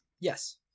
Yes